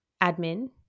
admin